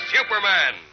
Superman